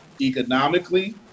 Economically